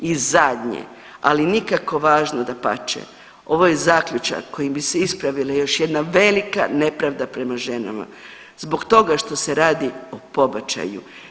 I zadnje ali nikako važno dapače, ovo je zaključak kojim ispravila još jedna velika nepravda prema ženama zbog toga što se radi o pobačaju.